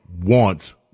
wants